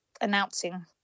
announcing